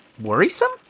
Worrisome